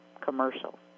commercial